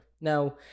now